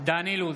דן אילוז,